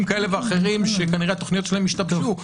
כאלה ואחרים שכנראה התוכניות שלהם ישתבשו.